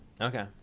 Okay